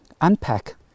unpack